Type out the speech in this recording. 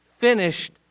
finished